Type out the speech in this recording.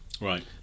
Right